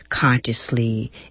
consciously